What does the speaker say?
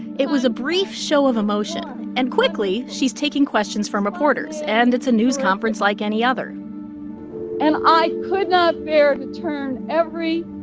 it was a brief show of emotion. and quickly, she's taking questions from reporters. and it's a news conference like any other and i could not bear to turn every.